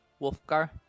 Wolfgar